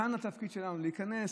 כאן התפקיד שלנו להיכנס,